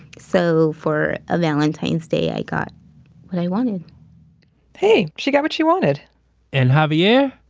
so for a valentine's day, i got what i wanted hey, she got what she wanted and javier,